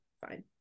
fine